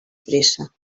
pressa